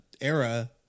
era